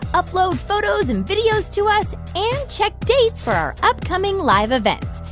upload photos and videos to us and check dates for our upcoming live events.